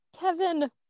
Kevin